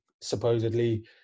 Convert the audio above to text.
supposedly